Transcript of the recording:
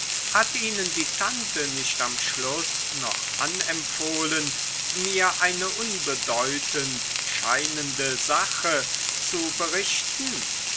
hat ihnen die tante nicht am schluß noch anempfohlen mir eine unbedeutend scheinende sache zu berichten